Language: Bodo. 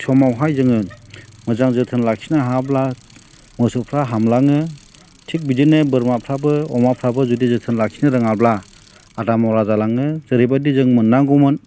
समावहाय जोङो मोजां जोथोन लाखिनो हायाब्ला मोसौफ्रा हामलाङो थिख बिदिनो बोरमाफ्राबो अमाफ्राबो जुदि जोथोन लाखिनो रोङाब्ला आदाम'रा जालाङो जेरै बायदि जों मोननांगौमोन